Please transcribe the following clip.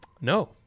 No